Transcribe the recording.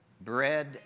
bread